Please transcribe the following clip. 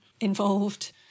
involved